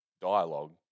dialogue